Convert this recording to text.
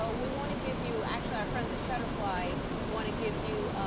so we want to give you, actually our friends at shutterfly want to give you,